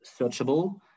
searchable